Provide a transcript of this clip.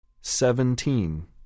Seventeen